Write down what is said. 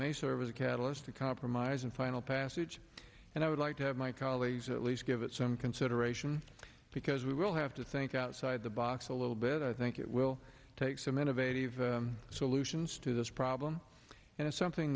may serve as a catalyst to compromise in final passage and i would like to have my colleagues at least give it some consideration because we will have to think outside the box a little bit i think it will take some innovative solutions to this problem and it's something